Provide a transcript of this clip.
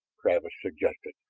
travis suggested.